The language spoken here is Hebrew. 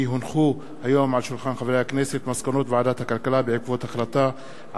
כי הונחו היום על שולחן הכנסת: מסקנות ועדת הכלכלה בעקבות דיונים